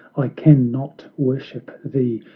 i can not worship thee,